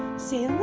see